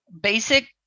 basic